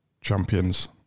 champions